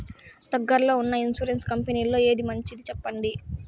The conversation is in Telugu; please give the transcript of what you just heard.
దగ్గర లో ఉన్న ఇన్సూరెన్సు కంపెనీలలో ఏది మంచిది? సెప్పండి?